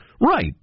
Right